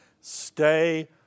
stay